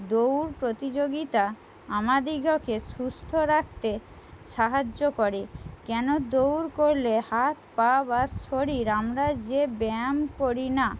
দৌড় প্রতিযোগিতা আমাদিগকে সুস্থ রাখতে সাহায্য করে কেন দৌড় করলে হাত পা বা শরীর আমরা যে ব্যায়াম করি না